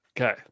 Okay